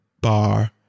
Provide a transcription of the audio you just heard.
bar